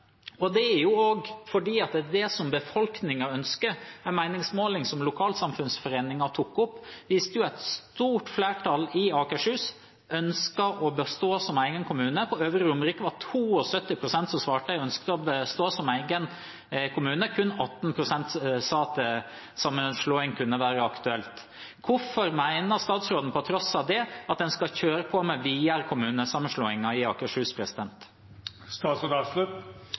Det er det befolkningen ønsker. En meningsmåling som lokalsamfunnsforeningen tok opp, viste at et stort flertall i Akershus ønsker å bestå som egen kommune. På Øvre Romerike var det 72 pst. som svarte at de ønsket å bestå som egen kommune, kun 18 pst. sa at sammenslåing kunne være aktuelt. Hvorfor mener statsråden at en på tross av det skal kjøre på med videre kommunesammenslåinger i Akershus?